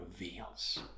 reveals